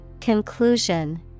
Conclusion